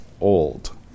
old